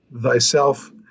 thyself